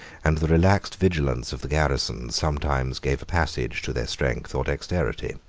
and the relaxed vigilance of the garrisons sometimes gave a passage to their strength or dexterity.